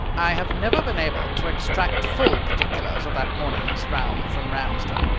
i have never been able to extract full particulars of that morning's round from ramsden.